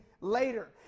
later